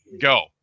go